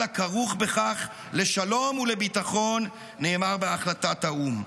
על הכרוך בכך לשלום ולביטחון", נאמר בהחלטת האו"ם.